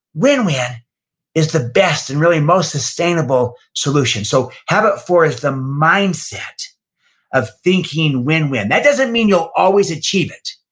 win-win is the best and really most sustainable solution. so, habit four is the mindset of thinking win-win, that doesn't mean you'll always achieve it,